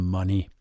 Money